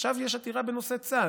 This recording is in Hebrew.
עכשיו יש עתירה בנושא צה"ל,